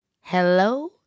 Hello